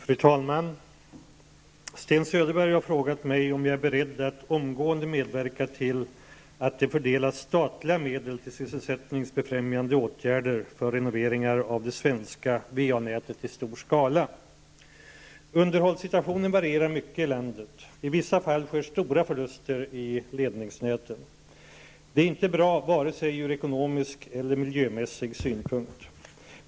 Fru talman! Sten Söderberg har frågat mig om jag är beredd att omgående medverka till att det fördelas statliga medel till sysselsättningsbefrämjande åtgärder för renoveringar av det svenska VA-nätet i stor skala. Underhållssituationen varierar mycket i landet. I vissa fall sker stora förluster i ledningsnäten. Det är inte bra vare sig ur ekonomisk eller miljömässig synpunkt.